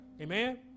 Amen